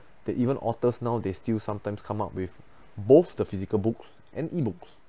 that even authors now they still sometimes come up with both the physical books and ebooks